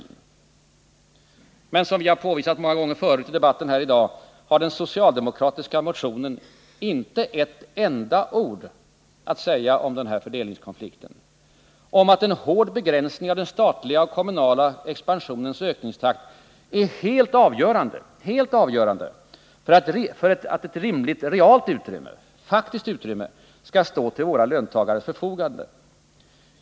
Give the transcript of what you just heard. Men den socialdemokratiska motionen har, som vi påvisat många gånger förut i debatten i dag, inte ett enda ord att säga om denna fördelningskonflikt, om att en hård begränsning av den statliga och kommunala expansionens ökningstakt är helt avgörande för att ett rimligt faktiskt utrymme skall stå till våra löntagares förfogande.